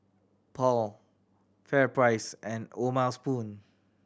Paul FairPrice and O'ma Spoon